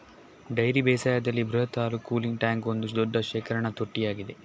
dairy ಬೇಸಾಯದಲ್ಲಿ ಬೃಹತ್ ಹಾಲು ಕೂಲಿಂಗ್ ಟ್ಯಾಂಕ್ ಒಂದು ದೊಡ್ಡ ಶೇಖರಣಾ ತೊಟ್ಟಿಯಾಗಿದೆ